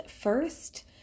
first